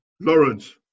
Lawrence